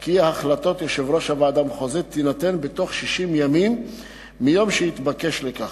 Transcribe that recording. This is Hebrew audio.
כי החלטת יושב-ראש הוועדה המחוזית תינתן בתוך 60 ימים מיום שהתבקש לכך.